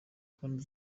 kandi